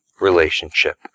relationship